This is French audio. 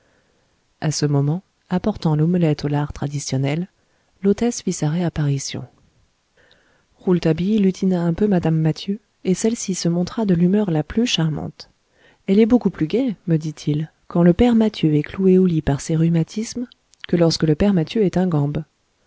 à ce moment apportant l'omelette au lard traditionnelle l'hôtesse fit sa réapparition et se montra de l'humeur la plus charmante elle est beaucoup plus gaie me dit-il quand le père mathieu est cloué au lit par ses rhumatismes que lorsque le père mathieu est ingambe